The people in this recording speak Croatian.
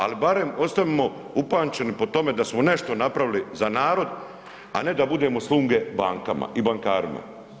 Al barem ostanimo upamćeni po tome da smo nešto napravili za narod, a ne da budemo sluge bankama i bankarima.